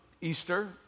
Easter